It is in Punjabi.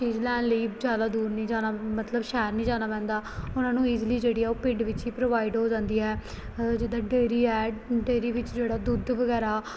ਚੀਜ਼ ਲੈਣ ਲਈ ਜ਼ਿਆਦਾ ਦੂਰ ਨਹੀਂ ਜਾਣਾ ਮਤਲਬ ਸ਼ਹਿਰ ਨਹੀਂ ਜਾਣਾ ਪੈਂਦਾ ਉਹਨਾਂ ਨੂੰ ਈਜ਼ਲੀ ਜਿਹੜੀ ਆ ਉਹ ਪਿੰਡ ਵਿੱਚ ਹੀ ਪ੍ਰੋਵਾਈਡ ਹੋ ਜਾਂਦੀ ਹੈ ਜਿੱਦਾਂ ਡੇਅਰੀ ਐਡ ਡੇਅਰੀ ਵਿੱਚ ਜਿਹੜਾ ਦੁੱਧ ਵਗੈਰਾ